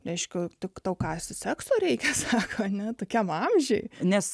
reiškia tik tau ką s sekso reikia cha ane tokiam amžiui nes